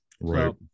right